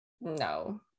No